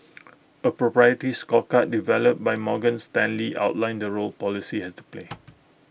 A proprietary scorecard developed by Morgan Stanley outlines the role policy has to play